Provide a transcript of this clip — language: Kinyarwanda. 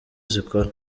zikora